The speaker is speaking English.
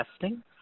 testing